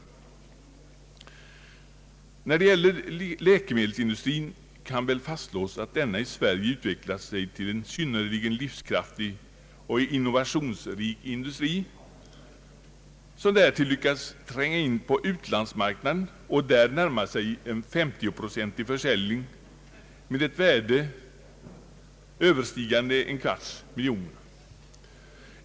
När det gäller läkemedelsindustrin kan väl fastslås att denna i Sverige utvecklat sig till en synnerligen livskraftig och innovationsrik industri, som därtill lyckats tränga in på utlandsmarknaden och där närma sig en 50 procentig försäljning med ett värde överstigande en kvarts miljard.